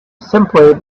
simply